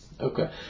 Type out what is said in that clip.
Okay